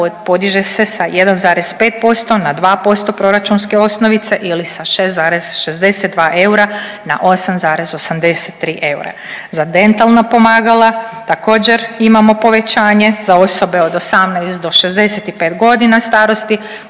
podiže se sa 1,5% na 2% proračunske osnovice ili sa 6,62 eura na 8,83 eura. Za dentalna pomagala također imamo povećanje za osobe od 18 do 65 godina starosti